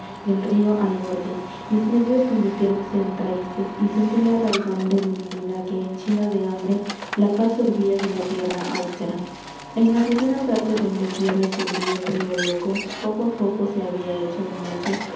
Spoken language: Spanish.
del río al borde mis nervios convirtiéronse en raíces y sentí la raigambre de mi vida que henchida de hambre la paz sorbía de la tierra austera en la ribera verde donde pierde su brío el río loco poco a poco se había hecho de noche